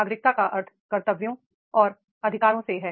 नागरिकता का अर्थ कर्तव्यों और अधिकारों से है